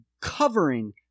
covering